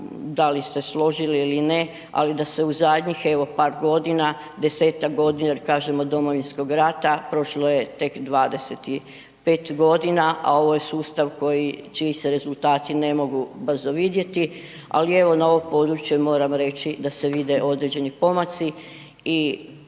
da li se složili ili ne, ali da se u zadnjih evo par godina, 10-tak godina jer kažem od domovinskog rata prošlo je tek 25.g., a ovo je sustav koji, čiji se rezultati ne mogu brzo vidjeti, ali evo na ovo područje moram reći da se vide određeni pomaci i